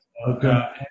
Okay